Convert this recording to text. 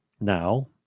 now